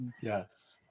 yes